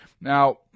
Now